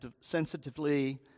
sensitively